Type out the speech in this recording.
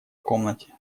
комнате